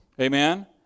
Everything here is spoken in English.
Amen